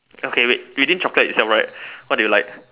okay wait within chocolate itself right what do you like